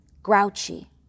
grouchy